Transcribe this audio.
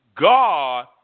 God